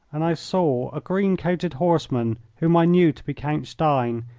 and i saw a green-coated horseman, whom i knew to be count stein,